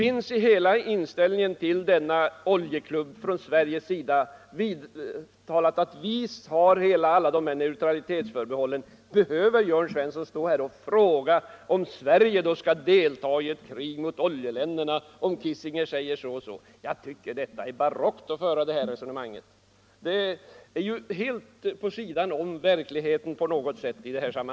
I hela vår inställning till oljeklubben har det från svensk sida uttalats att vi har klara neutralitetsförbehåll. Behöver då Jörn Svensson stå här och fråga om Sverige skall delta i ett krig mot oljeländerna, om Kissinger säger så och så? Jag tycker det är barockt att föra ett sådant resonemang! Det ligger ju helt på sidan om verkligheten.